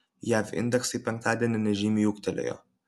jav indeksai penktadienį nežymiai ūgtelėjo